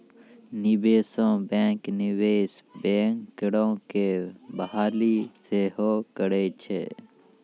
निवेशे बैंक, निवेश बैंकरो के बहाली सेहो करै छै